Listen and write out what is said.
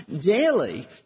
daily